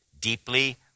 deeply